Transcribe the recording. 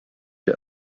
der